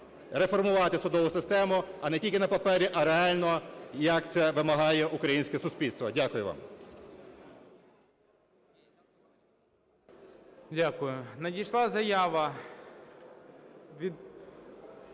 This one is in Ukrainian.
реформувати судову систему, а не тільки на папері, а реально, як це вимагає українське суспільство. Дякую вам.